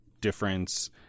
difference